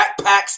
Backpacks